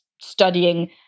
studying